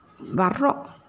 Barro